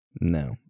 No